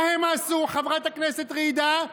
מה הם עשו, חברת הכנסת ג'ידא?